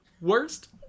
worst